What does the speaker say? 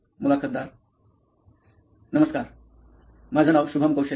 मुलाखतदार नमस्कार माझा नाव शुभम कौशल आहे